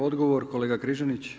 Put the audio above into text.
Odgovor, kolega Križanić.